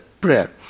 prayer